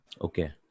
Okay